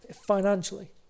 financially